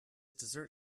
dessert